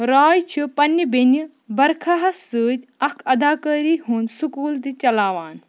رایے چھِ پنٛنہِ بیٚنہِ برکھاہَس سۭتۍ اَکھ اَداکٲری ہُنٛد سکوٗل تہِ چَلاوان